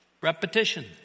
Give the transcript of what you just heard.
Repetition